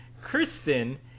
Kristen